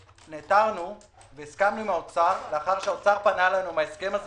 נעתרנו והסכמנו עם האוצר לאחר שהאוצר פנה אלינו עם ההסכם הזה.